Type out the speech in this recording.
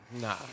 Nah